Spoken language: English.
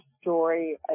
story